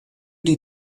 die